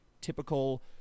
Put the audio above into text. typical